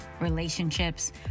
relationships